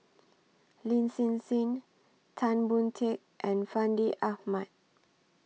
Lin Hsin Hsin Tan Boon Teik and Fandi Ahmad